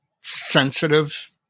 sensitive